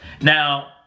now